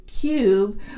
cube